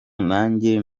nanjye